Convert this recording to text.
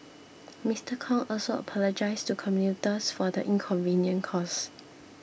Mister Kong also apologised to commuters for the inconvenience caused